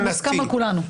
זה מוסכם על כולנו.